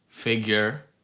Figure